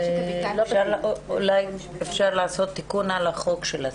אפשר אולי לעשות תיקון על החוק של הסיוע.